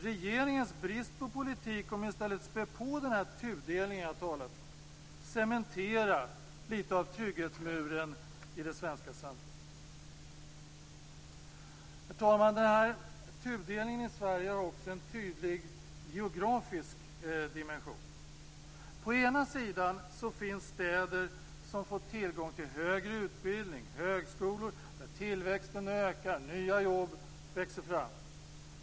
Regeringens brist på politik kommer i stället att späda på den tudelning som jag talade om och att cementera litet av trygghetsmuren i det svenska samhället. Herr talman! Tudelningen i Sverige har också en tydlig geografisk dimension. På ena sidan finns städer som kan erbjuda högre utbildning, där tillväxten ökar och där nya jobb växer fram.